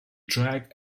track